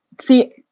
see